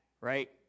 right